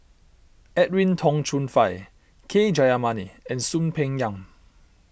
Edwin Tong Chun Fai K Jayamani and Soon Peng Yam